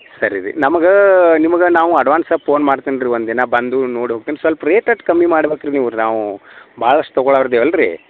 ಸರಿ ರೀ ನಮ್ಗೆ ನಿಮ್ಗೆ ನಾವು ಅಡ್ವಾನ್ಸ ಫೋನ್ ಮಾಡ್ತನ್ರಿ ಒಂದು ದಿನ ಬಂದು ನೋಡಿ ಹೋಗ್ತೀನಿ ಸೊಲ್ಪ ರೇಟ್ ಕಮ್ಮಿ ಮಾಡ್ಬಕ್ರಿ ನೀವು ನಾವು ಭಾಳಷ್ಟು ತಗೋಳಾರ ಇದ್ದಿವ ಅಲ್ರಿ